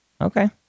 Okay